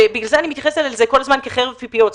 בגלל זה אני מתייחסת לזה כחרב פיפיות,